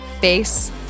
face